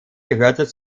gehörte